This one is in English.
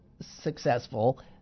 successful